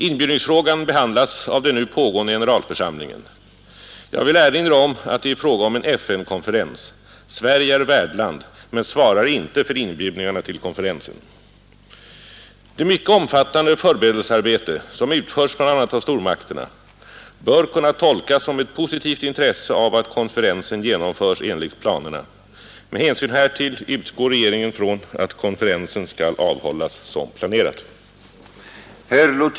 Inbjudningsfrågan behandlas av den nu pågående generalförsamlingen. Jag vill erinra om att det är fråga om en FN-konferens. Sverige är värdland men svarar inte för inbjudningarna till konferensen. Det mycket omfattande förberedelsearbete som utförts bl.a. av stormakterna bör kunna tolkas som ett positivt intresse av att konferensen genomförs enligt planerna. Med hänsyn härtill utgår regeringen från att konferensen skall avhållas som planerat.